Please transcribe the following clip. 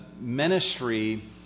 ministry